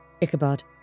Ichabod